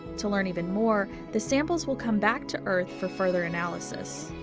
to learn even more, the samples will come back to earth for further analysis.